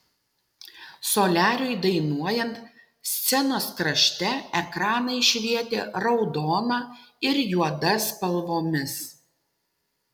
soliariui dainuojant scenos krašte ekranai švietė raudona ir juoda spalvomis